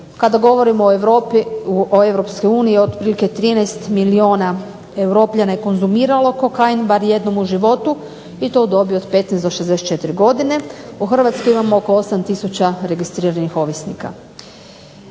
Kada govorimo o EU otprilike 13 milijuna europljana je konzumiralo kokain bar jednom u životu i to u dobi od 15 do 64 godine. U HRvatskoj imamo oko 8 tisuća registriranih ovisnika.